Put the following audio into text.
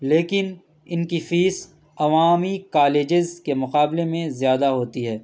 لیکن ان کی فیس عوامی کالجیز کے مقابلے میں زیادہ ہوتی ہے